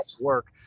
work